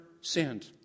sinned